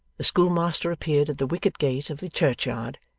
the schoolmaster appeared at the wicket-gate of the churchyard,